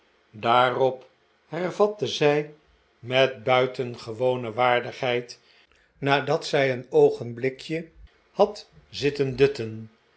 daarop hervatte zij met buitengewone waardigheid nadat zij een oogenblikje had zitten dutten